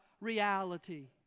reality